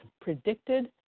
predicted